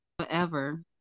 forever